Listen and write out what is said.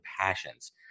passions